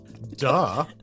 Duh